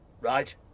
Right